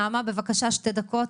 נעמה, בבקשה, שתי דקות.